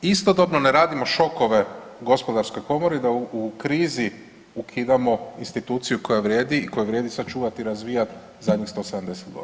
Istodobno ne radimo šokove Gospodarskoj komori da u krizi ukidamo instituciju koja vrijedi i koju vrijedi sačuvati i razvijati zadnjih 170 godina.